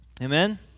Amen